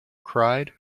cried